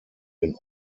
den